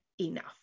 enough